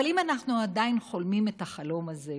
אבל אם אנחנו עדיין חולמים את החלום הזה,